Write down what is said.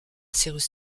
cyrus